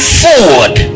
forward